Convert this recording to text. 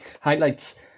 Highlights